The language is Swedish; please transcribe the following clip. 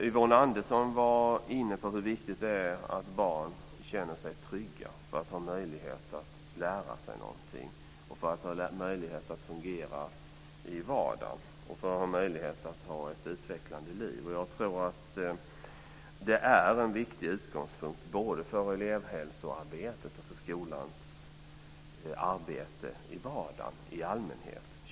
Yvonne Andersson var inne på hur viktigt det är att barn känner sig trygga för att ha möjlighet att lära sig någonting, för att fungera i vardagen och ha ett utvecklande liv. Jag tror att det är en viktig utgångspunkt både för elevhälsoarbetet och för skolans arbete i vardagen i allmänhet.